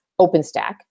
OpenStack